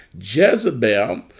Jezebel